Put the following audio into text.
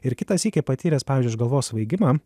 ir kitą sykį patyręs pavyzdžiui aš galvos svaigimą